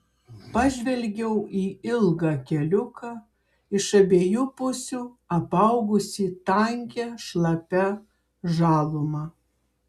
pažvelgiau į ilgą keliuką iš abiejų pusių apaugusį tankia šlapia žaluma